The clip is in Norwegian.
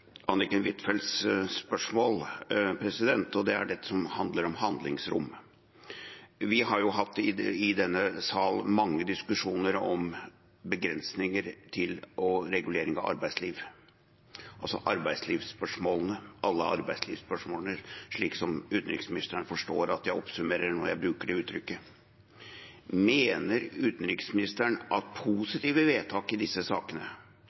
Anniken Huitfeldts spørsmål, og det er dette som handler om handlingsrom. Vi har i denne sal hatt mange diskusjoner om begrensninger til og regulering av arbeidsliv, altså arbeidslivsspørsmålene – alle arbeidslivsspørsmålene, slik at utenriksministeren forstår at jeg oppsummerer når jeg bruker det uttrykket. Mener utenriksministeren at positive vedtak i disse sakene,